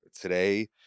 today